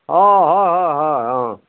অঁ হয় হয় হয় অঁ